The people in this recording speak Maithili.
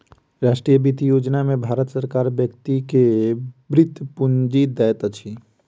राष्ट्रीय वृति योजना में भारत सरकार व्यक्ति के वृति पूंजी दैत अछि